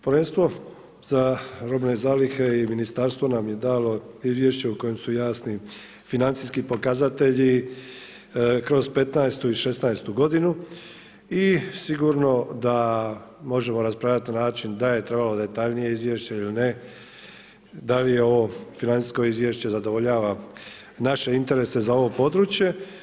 Povjerenstvo za robne zalihe i ministarstvo nam je dala izvješće u kojem su jasni financijski pokazatelji kroz petnaestu i šesnaestu godinu i sigurno da možemo raspravljati na način da je trebalo detaljnije izvješće ili ne, da li ovo financijsko izvješće zadovoljava naše interese za ovo područje.